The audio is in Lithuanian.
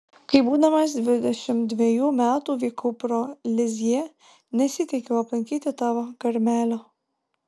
kai būdamas dvidešimt dvejų metų vykau pro lizjė nesiteikiau aplankyti tavo karmelio